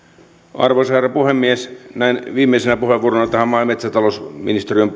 arvoisa herra puhemies näin viimeisenä puheenvuorona tähän maa ja metsätalousministeriön